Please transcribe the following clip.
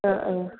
അ ആ